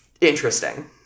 interesting